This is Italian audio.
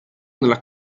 nella